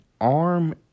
arm